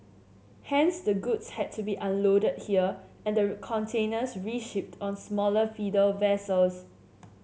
hence the goods had to be unloaded here and the containers reshipped on smaller feeder vessels